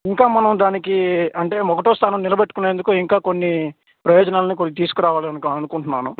ఇంకా మనం దానికి అంటే ఒకటవ స్థానం నిలబెట్టుకునేందుకు ఇంకా కొన్ని ప్రయోజనాలను కొన్ని తీసుకురావాలి అని అనుకొ అనుకుంటున్నాను